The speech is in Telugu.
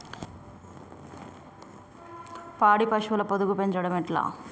పాడి పశువుల పొదుగు పెంచడం ఎట్లా?